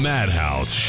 Madhouse